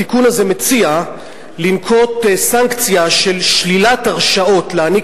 התיקון הזה מציע לנקוט סנקציה של שלילת הרשאות להעניק